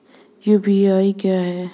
UPI क्या है?